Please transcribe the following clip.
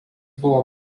buvo